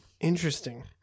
Interesting